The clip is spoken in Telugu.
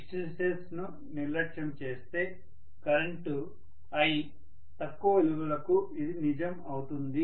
హిస్టెరిసిస్ను నిర్లక్ష్యం చేస్తే కరెంటు i తక్కువ విలువలకు ఇది నిజం అవుతుంది